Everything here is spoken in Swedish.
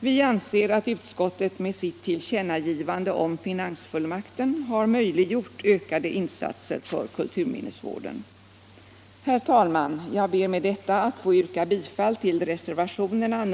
Vi anser att utskottet med sitt tillkännagivande om finansfullmakten har möjliggjort ökade insatser för kulturminnesvården.